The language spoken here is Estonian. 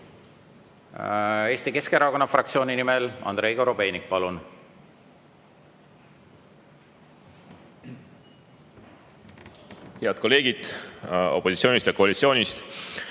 Eesti Keskerakonna fraktsiooni nimel Andrei Korobeinik, palun! Head kolleegid opositsioonist ja koalitsioonist!